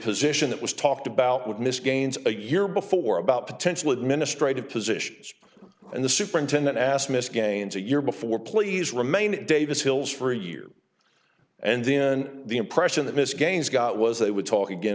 position that was talked about with miss gaines a year before about potential administrative positions and the superintendent asked miss gaines a year before please remain in davis hills for a year and then the impression that ms gaines got was they would talk again